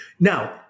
Now